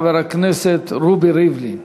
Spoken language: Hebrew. חבר הכנסת רובי ריבלין.